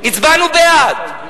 הצבענו בעד.